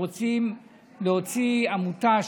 אם רוצים להוציא עמותה,